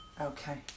okay